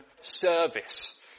service